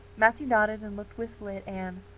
matthew nodded and looked wistfully at anne.